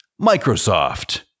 Microsoft